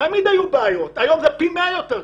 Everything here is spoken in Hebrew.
תמיד היו בעיות, היום זה פי מאה יותר קשה,